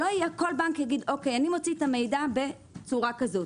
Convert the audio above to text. שלא כל בנק יגיד: אני מוציא את המידע בצורה כזו,